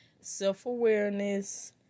self-awareness